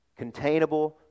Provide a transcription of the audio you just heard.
containable